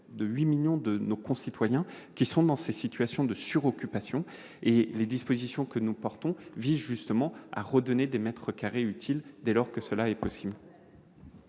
de 8 millions de nos concitoyens sont en situation de suroccupation. Les dispositions que nous portons visent justement à redonner des mètres carrés utiles, dès lors que cela est possible.